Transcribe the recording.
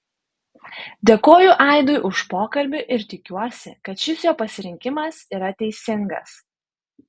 dėkoju aidui už pokalbį ir tikiuosi kad šis jo pasirinkimas yra teisingas